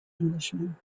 englishman